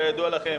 כידוע לכם,